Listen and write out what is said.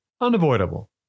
unavoidable